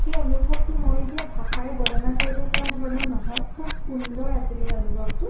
সেই অনুভৱটো মই এতিয়া ভাষাৰে বৰ্ণনা কৰিব পৰা ধৰণৰ নহয় খুব সুন্দৰ আছিল সেই অনুভৱটো